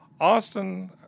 Austin